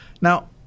Now